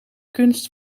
kunst